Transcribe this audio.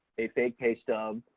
a fake pay stub.